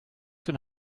den